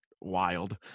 wild